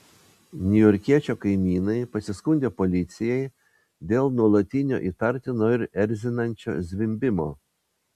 niujorkiečio kaimynai pasiskundė policijai dėl nuolatinio įtartino ir erzinančio zvimbimo